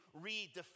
redefine